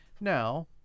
Now